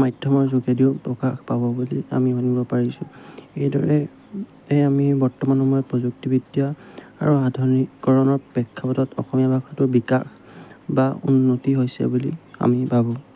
মাধ্যমৰ যোগেদিও প্ৰকাশ পাব বুলি আমি জানিব পাৰিছোঁ এইদৰে আমি বৰ্তমান সময়ত প্ৰযুক্তিবিদ্যা আৰু আধুনিকীকৰণৰ প্ৰেক্ষাপতত অসমীয়া ভাষাটোৰ বিকাশ বা উন্নতি হৈছে বুলি আমি ভাবোঁ